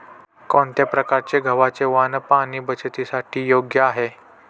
कोणत्या प्रकारचे गव्हाचे वाण पाणी बचतीसाठी योग्य आहे?